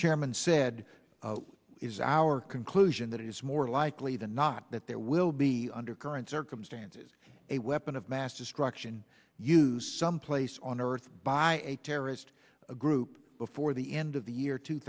chairman said is our conclusion that it is more likely than not that there will be under current circumstances a weapon of mass destruction use some place on earth by a terrorist group before the end of the year two